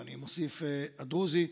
ואני מוסיף: הדרוזי.